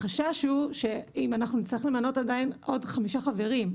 החשש הוא שאם אנחנו נצטרך למנות עוד חמישה חברים,